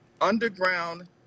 underground